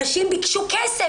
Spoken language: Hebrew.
נשים ביקשו כסף,